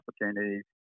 opportunities